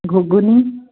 ଘୁଗୁନି